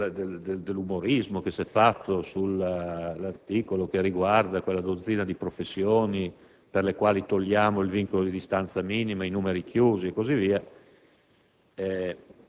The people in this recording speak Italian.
proposito dell'umorismo che si è fatto sull'articolo che riguarda quella dozzina di professioni per le quali eliminiamo il vincolo di distanza minima, i numeri chiusi e così via.